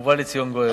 ובא לציון גואל.